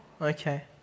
okay